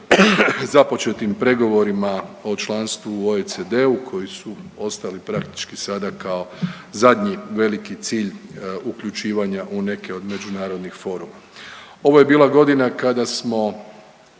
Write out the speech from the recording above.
započetim pregovorima o članstvu u OECD-u koji su ostali praktički sada kao zadnji veliki cilj uključivanja u neke od međunarodnih foruma. Ovo je bila godina kada smo